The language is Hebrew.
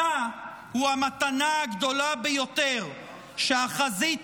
אתה הוא המתנה הגדולה ביותר שהחזית